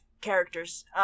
characters